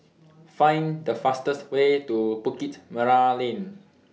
Find The fastest Way to Bukit Merah Lane